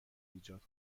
ایجاد